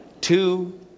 two